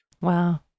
Wow